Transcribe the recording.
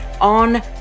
on